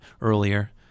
earlier